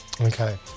Okay